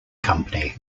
company